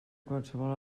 qualsevol